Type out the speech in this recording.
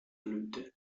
blühte